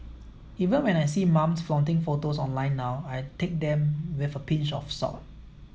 even when I see mums flaunting photos online now I take them with a pinch of salt